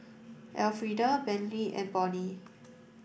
Elfrieda Brantley and Bonny